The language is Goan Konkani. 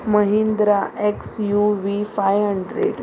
Mahindra X U V five hundred